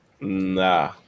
Nah